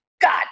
God